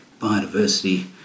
biodiversity